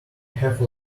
have